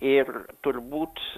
ir turbūt